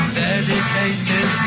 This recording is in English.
dedicated